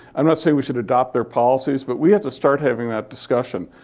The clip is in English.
i'm not saying we should adopt their policies. but we have to start having that discussion,